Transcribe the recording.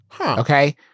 okay